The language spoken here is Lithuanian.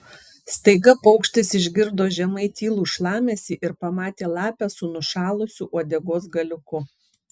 staiga paukštis išgirdo žemai tylų šlamesį ir pamatė lapę su nušalusiu uodegos galiuku